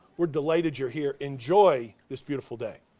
we're delighted you're here. enjoy this beautiful day.